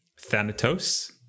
Thanatos